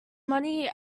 money